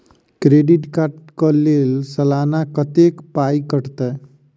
Credit card कऽ लेल सलाना कत्तेक पाई कटतै?